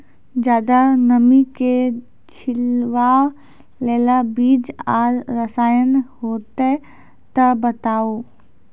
ज्यादा नमी के झेलवाक लेल बीज आर रसायन होति तऽ बताऊ?